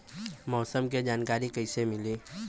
मौसम के जानकारी कैसे मिली?